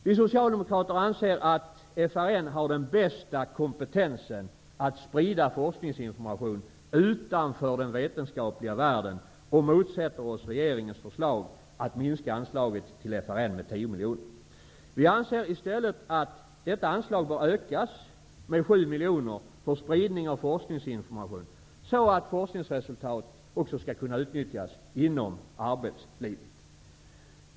Vi socialdemokrater anser att FRN har den bästa kompetensen när det gäller att sprida forskningsinformation utanför den vetenskapliga världen, och vi motsätter oss regeringens förslag att minska anslaget till FRN med 10 milj.kr. Vi anser i stället att detta anslag bör utökas med 7 milj.kr. för spridning av forskningsinformation, så att forskningsresultaten skall kunna utnyttjas också inom arbetslivet.